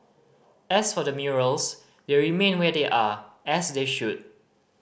as for the murals they remain where they are as they should